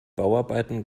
bauarbeiten